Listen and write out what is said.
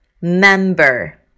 member